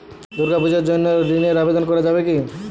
দুর্গাপূজার জন্য ঋণের আবেদন করা যাবে কি?